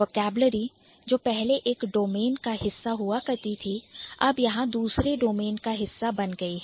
Vocabulary जो पहले एक domain डोमेंन का हिस्सा हुआ करती थी अब यहां दूसरे डोमेन का हिस्सा बन गई है